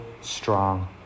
strong